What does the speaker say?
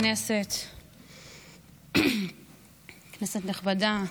כנסת נכבדה,